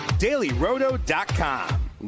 dailyroto.com